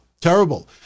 terrible